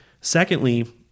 Secondly